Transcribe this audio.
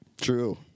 True